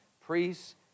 priests